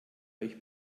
euch